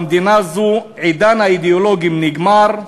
במדינה זו עידן האידיאולוגים נגמר,